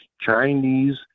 Chinese